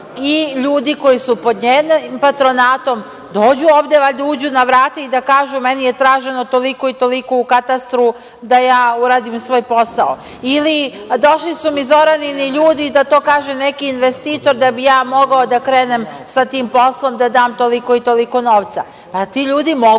i ljudi koji su pod njenim patronatom, dođu ovde, valjda uđu na vrata i da kažu - meni je traženo toliko i toliko u katastru da ja uradim svoj posao. Ili, došli su mi Zoranini ljudi, da to kaže neki investitor, da bih ja mogao da krenem sa tim poslom, da dam toliko i toliko novca. Jel ti ljudi mogu